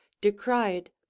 DECRIED